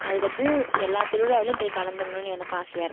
அதுக்கு அடுத்து எல்லாத் திருவிழாவிலியும் போய் கலந்துக்கணும்னு எனக்கு ஆசையா இருக்குது